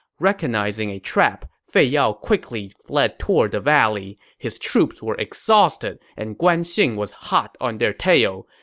recognizing a trap, fei yao quickly fled toward the valley. his troops were exhausted, and guan xing was hot on their tail.